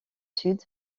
sud